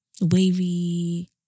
wavy